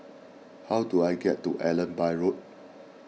how do I get to Allenby Road